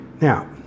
now